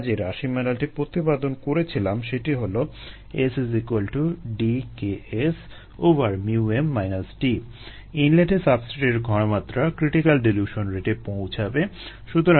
আমরা যে রাশিমালাটি প্রতিপাদন করেছিলাম সেটি হলো SD KS ইনলেটে সাবস্ট্রেটের ঘনমাত্রা ক্রিটিকাল ডিলিউশন রেটে পৌঁছাবে